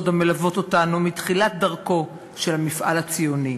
המלוות אותנו מתחילת דרכו של המפעל הציוני.